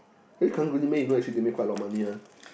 actually karang-guni man you know actually they make quite a lot of money [one]